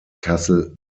kassel